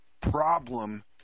problem